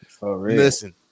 listen